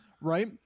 right